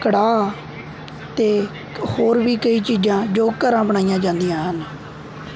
ਕੜਾਹ ਅਤੇ ਹੋਰ ਵੀ ਕਈ ਚੀਜ਼ਾਂ ਜੋ ਘਰਾਂ ਬਣਾਈਆਂ ਜਾਂਦੀਆਂ ਹਨ